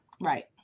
Right